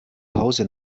hause